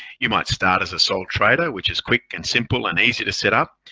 you might start as a sole trader, which is quick and simple and easy to set up,